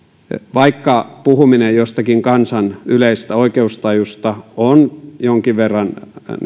vaikka puhuminen jostakin kansan yleisestä oikeustajusta on jonkin verran